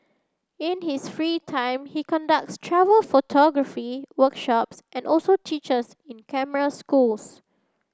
in his free time he conducts travel photography workshops and also teaches in camera schools